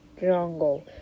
Jungle